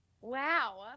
Wow